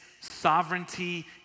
sovereignty